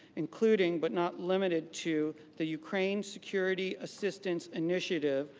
including, but not limited to the ukraine security assistance initiative.